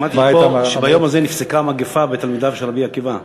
שמעתי פה שביום הזה נפסקה המגפה בתלמידיו של רבי עקיבא.